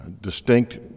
distinct